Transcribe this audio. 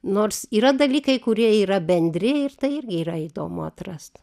nors yra dalykai kurie yra bendri ir tai irgi yra įdomu atrast